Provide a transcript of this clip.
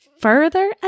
further